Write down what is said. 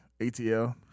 ATL